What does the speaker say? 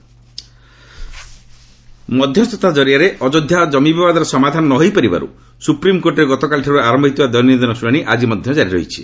SC Ayodhya ମଧ୍ୟସ୍ତା କରିଆରେ ଅଯୋଧ୍ୟା କମିବିବାଦର ସମାଧାନ ନ ହୋଇପାରିବାରୁ ସୁପ୍ରିମ୍କୋର୍ଟରେ ଗତକାଲିଠାରୁ ଆରମ୍ଭ ହୋଇଥିବା ଦୈନନ୍ଦିନ ଶ୍ରଣାଣି ଆଜି ମଧ୍ୟ ଜାରି ରହିଛି